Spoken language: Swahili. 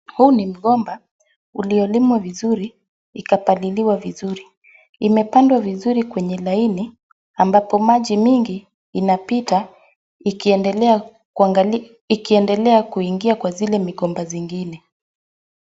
Huu ni mgomba uliolimwa vizuri, ikapaliliwa vizuri, imepandwa vizuri kwenye laini ambapo maji mingi inapita ikiendelea kuingia kwa zile migomba zingine.